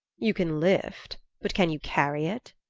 you can lift, but can you carry it?